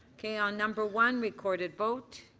okay on number one recorded vote.